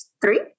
three